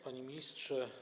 Panie Ministrze!